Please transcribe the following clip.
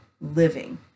living